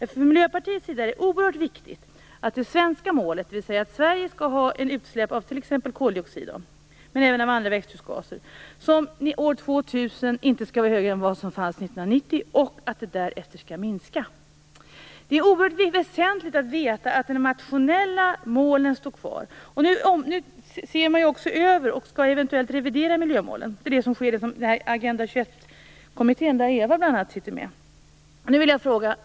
Från Miljöpartiets sida är det oerhört viktigt att det svenska målet ligger fast, dvs. att Sveriges utsläpp av t.ex. koldioxid inte skall vara högre år 2000 än det var 1990 och att det därefter skall minska. Det är väsenligt att veta att de nationella målen står kvar. Nu ser man över miljömålen och skall eventuellt revidera dem. Det är vad som sker i Agenda 21-kommittén, där bl.a. Eva Eriksson sitter med.